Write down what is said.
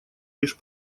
лишь